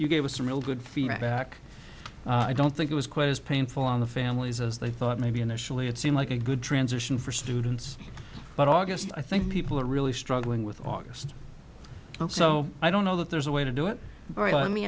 you gave us some real good feedback i don't think it was quite as painful on the families as they thought maybe initially it seemed like a good transition for students but august i think people are really struggling with august now so i don't know that there's a way to do it very well let me